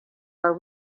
are